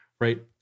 right